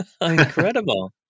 Incredible